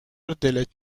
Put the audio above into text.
دلت